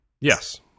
Yes